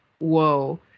Whoa